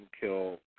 kill